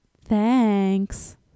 Thanks